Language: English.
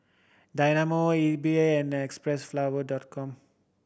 Dynamo Ezbuy and Xpressflower Dot Com